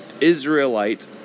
Israelite